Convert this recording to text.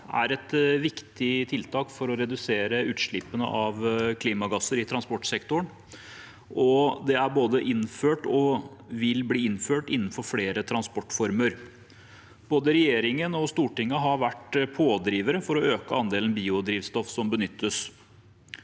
er et viktig tiltak for å redusere utslippene av klimagasser i transportsektoren, og det både er innført og vil bli innført innenfor flere trans portformer. Både regjeringen og Stortinget har vært pådrivere for å øke andelen biodrivstoff som benyttes.